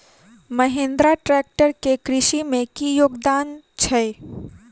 Mahindra tractor केँ कृषि मे की योगदान छै?